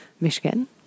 Michigan